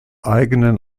eigenen